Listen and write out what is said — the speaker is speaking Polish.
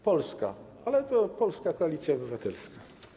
Polska, ale to polska Koalicja Obywatelska.